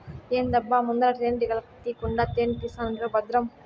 ఏందబ్బా ముందల తేనెటీగల తీకుండా తేనే తీస్తానంటివా బద్రం